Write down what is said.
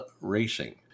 Racing